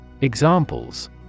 Examples